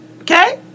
Okay